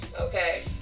Okay